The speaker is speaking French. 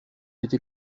été